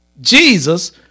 Jesus